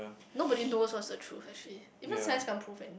nobody knows what's the truth actually even Science can't prove